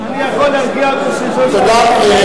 אני יכול להרגיע אותך שיושבת-ראש האופוזיציה אין לה,